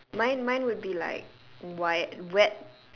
mine mine would be like why wet